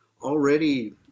already